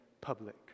public